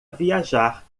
viajar